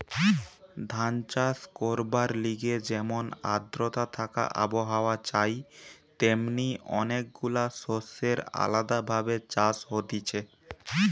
ধান চাষ করবার লিগে যেমন আদ্রতা থাকা আবহাওয়া চাই তেমনি অনেক গুলা শস্যের আলদা ভাবে চাষ হতিছে